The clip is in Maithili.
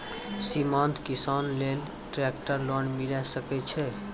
सीमांत किसान लेल ट्रेक्टर लोन मिलै सकय छै?